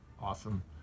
awesome